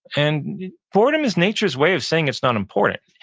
and boredom is nature's way of saying it's not important.